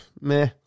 meh